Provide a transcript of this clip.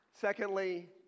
Secondly